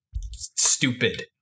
stupid